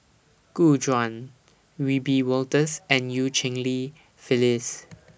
Gu Juan Wiebe Wolters and EU Cheng Li Phyllis